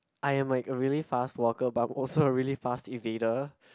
I am like a very fast walker but also a really fast evader